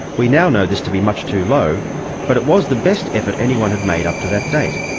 we now know this to be much too low but it was the best effort anyone had made up to that date.